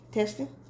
Testing